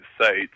sites